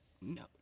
No